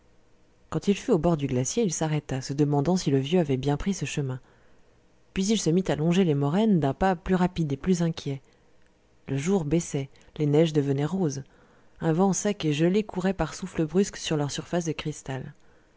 quand il fut au bord du glacier il s'arrêta se demandant si le vieux avait bien pris ce chemin puis il se mit à longer les moraines d'un pas plus rapide et plus inquiet le jour baissait les neiges devenaient roses un vent sec et gelé courait par souffles brusques sur leur surface de cristal